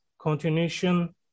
continuation